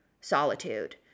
solitude